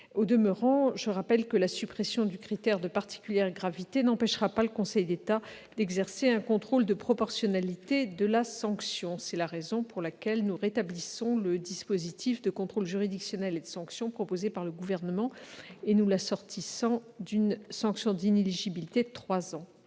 Au demeurant, la suppression du critère de particulière gravité n'empêchera pas le Conseil d'État d'exercer un contrôle de proportionnalité de la sanction. C'est la raison pour laquelle nous souhaitons rétablir le dispositif de contrôle juridictionnel et de sanction proposé par le Gouvernement, en l'assortissant d'une sanction d'inéligibilité de trois ans.